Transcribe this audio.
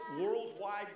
worldwide